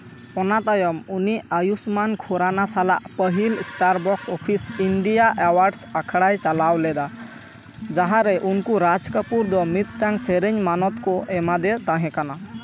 ᱚᱱᱟ ᱛᱟᱭᱚᱢ ᱩᱱᱤ ᱟᱭᱩᱥᱢᱟᱱ ᱠᱷᱩᱨᱟᱱᱟ ᱥᱟᱞᱟᱜ ᱯᱟᱹᱦᱤᱞ star box office India awards ᱟᱠᱷᱲᱟᱭ ᱪᱟᱞᱟᱣ ᱞᱮᱫᱟ ᱡᱟᱦᱟᱸᱨᱮ ᱩᱱᱠᱩ ᱨᱟᱡᱽ ᱠᱟᱯᱩᱨ ᱫᱚ ᱢᱤᱫᱴᱟᱱ ᱥᱮᱨᱮᱧ ᱢᱟᱱᱚᱛ ᱠᱚ ᱮᱢᱟᱫᱮ ᱛᱟᱦᱮᱸᱠᱟᱱᱟ